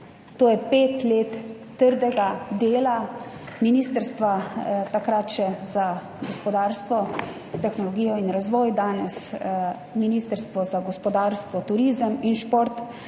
To je pet let trdega dela ministrstva, takrat še za gospodarstvo, tehnologijo in razvoj, danes Ministrstvo za gospodarstvo, turizem in šport,